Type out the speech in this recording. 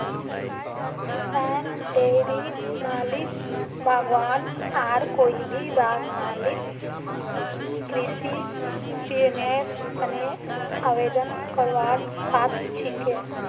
किसान, डेयरी मालिक, बागवान आर कोई भी बाग मालिक कृषि ऋनेर तने आवेदन करवार पात्र छिके